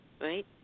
right